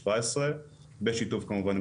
אם מישהו רוצה לקרוא, יכול למצוא אותו שם.